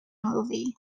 movie